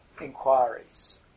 inquiries